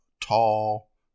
tall